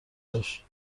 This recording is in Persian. داشت